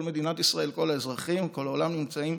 כל מדינת ישראל, כל האזרחים, כל העולם, נמצאים